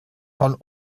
von